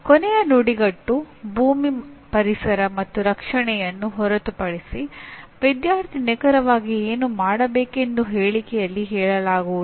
ಕೊನೆಯ ನುಡಿಗಟ್ಟು ಭೂಮಿ ಪರಿಸರ ಮತ್ತು ರಕ್ಷಣೆಯನ್ನು ಹೊರತುಪಡಿಸಿ ವಿದ್ಯಾರ್ಥಿ ನಿಖರವಾಗಿ ಏನು ಮಾಡಬೇಕೆಂದು ಹೇಳಿಕೆಯಲ್ಲಿ ಹೇಳಲಾಗುವುದಿಲ್ಲ